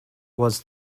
was